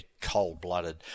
cold-blooded